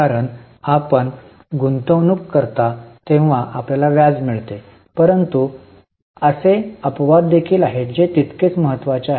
कारण आपण गुंतवणूक करता तेव्हा आपल्याला व्याज मिळते परंतु असे अपवाद देखील आहेत जे तितकेच महत्वाचे आहेत